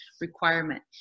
requirement